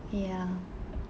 ya